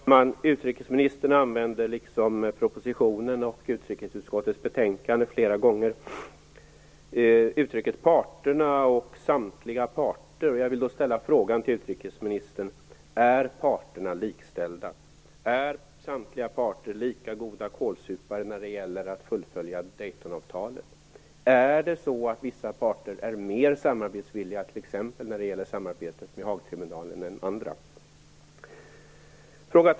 Herr talman! Utrikesministern använder, liksom propositionen och utrikesutskottets betänkande, flera gånger uttrycken "parterna" och "samtliga parter". Jag vill då fråga utrikesministern: Är parterna likställda? Är samtliga parter lika goda kålsupare när det gäller att fullfölja Daytonavtalet? Är det så att vissa parter är mer samarbetsvilliga, t.ex. när det gäller samarbetet med Haagtribunalen, än andra?